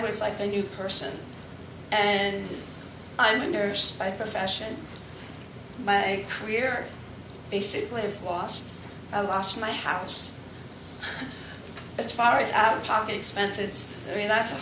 was like a new person and i'm a nurse by profession my career basically lost i lost my house as far as out of pocket expenses i mean that's a